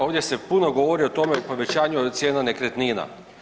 Ovdje se puno govori o tome povećanju cijena nekretnina.